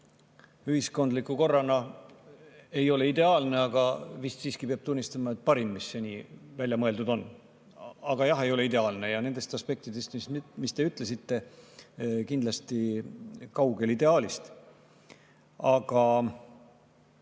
ühiskondliku korrana ei ole ideaalne, aga vist siiski peab tunnistama, et parim, mis seni välja mõeldud on. Aga jah, see ei ole ideaalne ja nende aspektide poolest, mis te ütlesite, kindlasti kaugel ideaalist. Aga